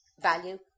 value